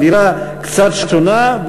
אווירה קצת שונה,